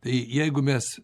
tai jeigu mes